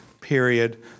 period